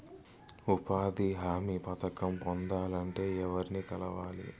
ఉపాధి హామీ పథకం పొందాలంటే ఎవర్ని కలవాలి?